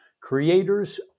creators